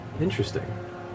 Interesting